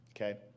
okay